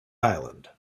island